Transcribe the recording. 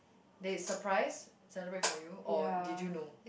they surprise celebrate for you or did you know